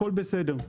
הכל בסדר,